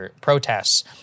protests